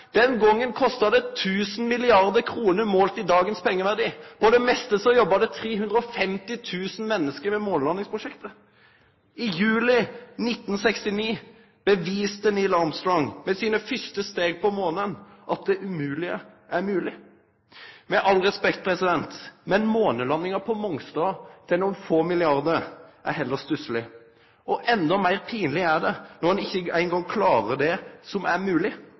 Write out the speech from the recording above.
Den gongen kosta det 1 000 mrd. kr målt i dagens pengeverdi. På det meste jobba det 350 000 menneske med månelandingsprosjektet. I juli 1969 beviste Neil Armstrong med dei fyrste stega sine på månen at det umoglege er mogleg. Med all respekt: Månelandinga på Mongstad til nokre få milliardar er heller stussleg. Endå meir pinleg er det når ein ikkje eingong klarer det som er